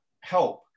help